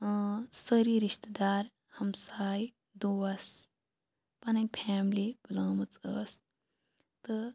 سٲری رِشتہٕ دار ہَمساے دوس پَنٕنۍ فیملی بُلٲمٕژ ٲس تہٕ